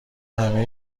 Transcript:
همه